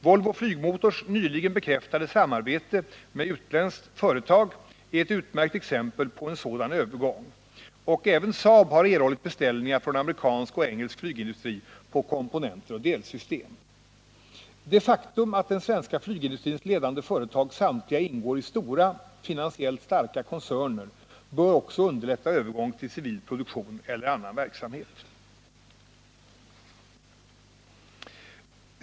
Volvo Flygmotors nyligen bekräftade samarbete med utländskt företag är ett utmärkt exempel på en sådan övergång, och även Saab har erhållit beställningar från amerikansk och engelsk flygindustri på komponenter och delsystem. Det faktum att den svenska flygindustrins ledande företag samtliga ingår i stora, finansiellt starka koncerner bör också underlätta övergång till civil produktion eller annan verksamhet.